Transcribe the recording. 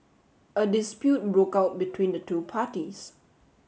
a dispute broke out between the two parties